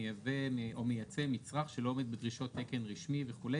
מייבא או מייצא מצרך שלא עומד בדרישות תקן רשמי וכולי,